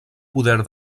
poder